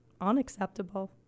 unacceptable